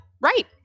right